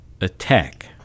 attack